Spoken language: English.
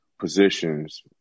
positions